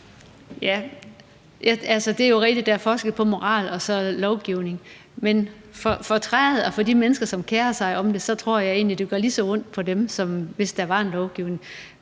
Ja, det er jo rigtigt, at der er forskel på moral og på lovgivning. Men på træet og på de mennesker, som kerer sig om det, tror jeg egentlig det gør lige så ondt, som hvis der var en lovgivning.